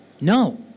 No